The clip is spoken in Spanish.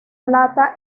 plata